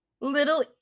Little